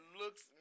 looks